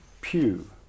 pew